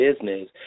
business